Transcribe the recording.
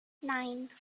nine